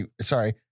Sorry